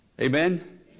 Amen